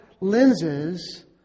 lenses